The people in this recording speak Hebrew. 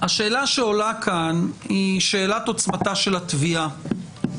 השאלה שעולה כאן היא שאלת עוצמתה של התביעה.